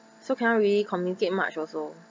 so cannot really communicate much also